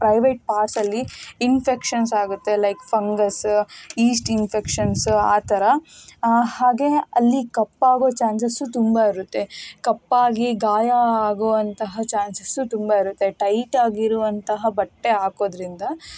private ಪಾರ್ಟ್ಸಲ್ಲಿ infections ಆಗುತ್ತೆ like fungus yeast infections ಆ ಥರ ಹಾಗೆ ಅಲ್ಲಿ ಕಪ್ಪಾಗೋ ಚಾನ್ಸಸ್ಸು ತುಂಬ ಇರುತ್ತೆ ಕಪ್ಪಾಗಿ ಗಾಯ ಆಗುವಂತಹ ಚಾನ್ಸಸು ತುಂಬ ಇರುತ್ತೆ ಟೈಟ್ ಆಗಿರುವಂತಹ ಬಟ್ಟೆ ಹಾಕೋದ್ರಿಂದ